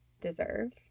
deserve